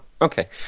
Okay